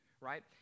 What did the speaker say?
right